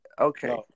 Okay